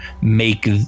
make